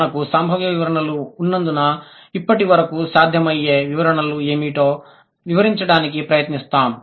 మనకు సంభావ్య వివరణలు ఉన్నందున ఇప్పటి నుండి సాధ్యమయ్యే వివరణలు ఏమిటో వివరించడానికి ప్రయత్నిస్తాము